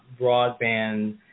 broadband